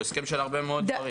הוא הסכם של הרבה מאוד דברים.